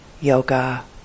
yoga